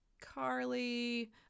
Carly